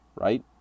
right